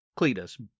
Cletus